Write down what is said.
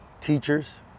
teachers